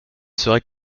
serait